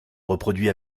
reproduit